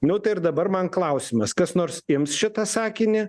nu tai ir dabar man klausimas kas nors ims šitą sakinį